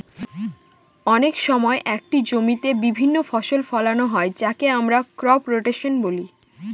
অনেক সময় একটি জমিতে বিভিন্ন ফসল ফোলানো হয় যাকে আমরা ক্রপ রোটেশন বলি